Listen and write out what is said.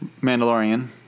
Mandalorian